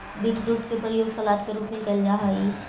beetroot के प्रयोग salad के रूप में कैल जा हइ